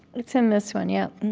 it's in this one. yeah.